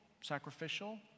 Sacrificial